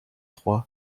trois